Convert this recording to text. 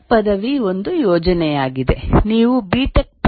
Tech ಪದವಿ ಒಂದು ಯೋಜನೆಯಾಗಿದೆ ನೀವು ಬಿಟೆಕ್ B